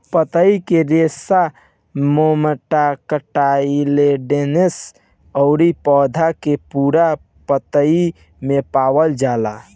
पतई के रेशा मोनोकोटाइलडोनस अउरी पौधा के पूरा पतई में पावल जाला